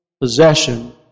possession